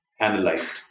analyzed